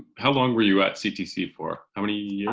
how long were you at ctc for? how many years?